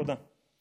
תודה.